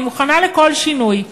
אני מוכנה לכל שינוי.